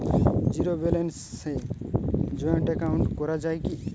Zero ব্যালেন্সে joint account করা য়ায় কি?